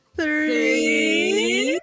three